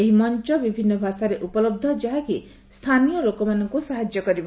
ଏହି ମଞ୍ଚ ବିଭିନ୍ନ ଭାଷାରେ ଉପଲହ୍ଧ ଯାହାକି ସ୍ଥାନୀୟ ଲୋକମାନଙ୍କୁ ସାହାଯ୍ୟ କରିବ